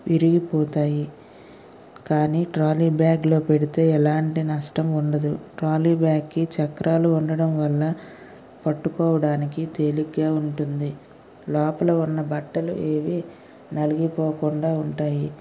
విరిగిపోతాయి కానీ ట్రాలీ బ్యాగ్లో పెడితే ఎలాంటి నష్టం ఉండదు ట్రాలీ బ్యాగ్కి చక్రాలు ఉండటం వల్ల పట్టుకోవడానికి తేలికగా ఉంటుంది లోపల ఉన్న బట్టలు ఏవి నలిగిపోకుండా ఉంటాయి